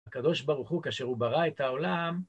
הקדוש ברוך הוא, כאשר הוא ברא את העולם,